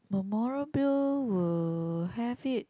memorable will have it